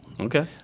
Okay